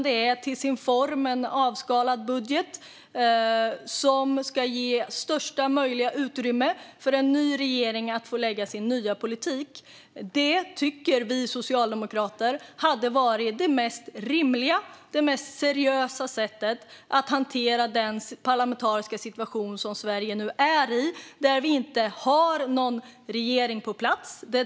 Den är till sin form en avskalad budget som ska ge största möjliga utrymme för en ny regering att lägga fram sin nya politik. Detta tycker vi socialdemokrater hade varit det mest rimliga och mest seriösa sättet att hantera den parlamentariska situation som Sverige nu befinner sig i. Vi har inte någon regering på plats.